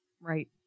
Right